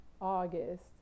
August